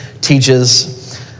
teaches